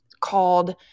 called